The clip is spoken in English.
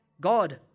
God